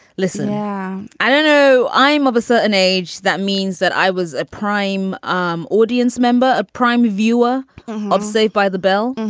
listen i don't know. i am of a certain age. that means that i was a prime um audience member, a prime viewer of saved by the bell.